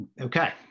Okay